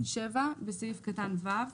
בסעיף קטן (ו),